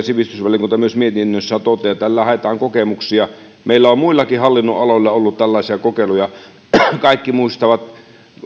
sivistysvaliokunta mietinnössään toteaa että tällä haetaan kokemuksia meillä on muillakin hallinnonaloilla ollut tällaisia kokeiluja kaikki muistavat